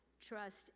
trust